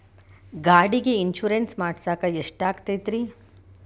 ಗಾಡಿಗೆ ಇನ್ಶೂರೆನ್ಸ್ ಮಾಡಸಾಕ ಎಷ್ಟಾಗತೈತ್ರಿ?